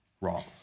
wrong